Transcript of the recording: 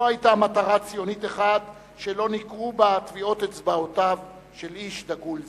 לא היתה מטרה ציונית אחת שלא ניכרו בה טביעות אצבעותיו של איש דגול זה.